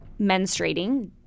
menstruating